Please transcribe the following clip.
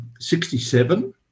67